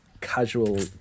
casual